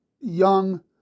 young